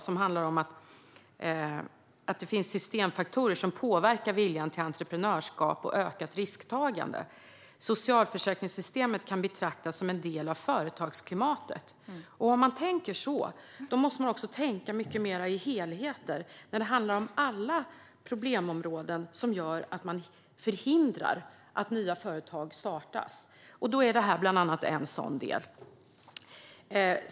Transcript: Det står att det finns "systemfaktorer som påverkar viljan till entreprenörskap och ökat risktagande" och att "socialförsäkringssystemet kan betraktas som en del av företagsklimatet". Om man tänker på det sättet måste man tänka mycket mer i helheter, när det gäller alla problemområden som förhindrar att nya företag startas. Det här är en sådan del.